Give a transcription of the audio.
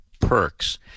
perks